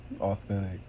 authentic